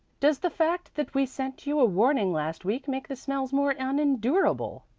does the fact that we sent you a warning last week make the smells more unendurable?